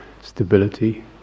stability